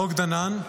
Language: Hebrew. החוק דנן,